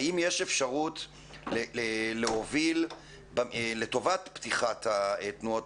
האם יש אפשרות להוביל - לטובת פתיחת תנועות